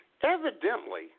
Evidently